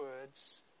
words